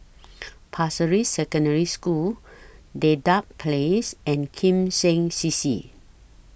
Pasir Ris Secondary School Dedap Place and Kim Seng C C